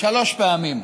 שלוש פעמים,